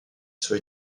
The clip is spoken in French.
soit